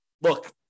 look